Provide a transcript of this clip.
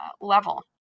level